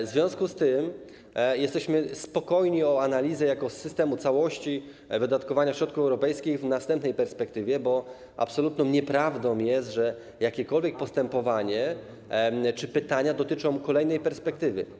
W związku z tym jesteśmy spokojni o analizę systemu całości wydatkowania środków europejskich w następnej perspektywie, bo absolutną nieprawdą jest, że jakiekolwiek postępowanie czy pytania dotyczą kolejnej perspektywy.